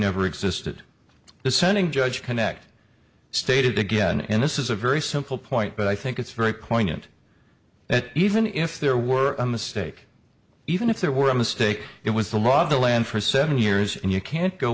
never existed dissenting judge connect stated again in this is a very simple point but i think it's very poignant that even if there were a mistake even if there were a mistake it was the law of the land for seven years and you can't go